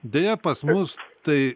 deja pas mus tai